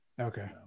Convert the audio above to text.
Okay